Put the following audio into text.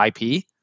IP